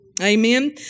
Amen